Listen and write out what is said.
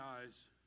eyes